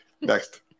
next